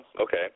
Okay